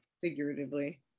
figuratively